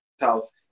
house